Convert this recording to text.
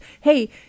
hey